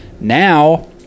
Now